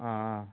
ஆ ஆ